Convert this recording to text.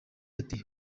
ati